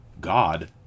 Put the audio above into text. God